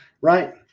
right